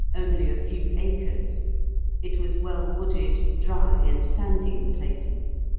only a few acres it was well-wooded, dry, and sandy in places.